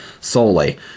solely